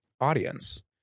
audience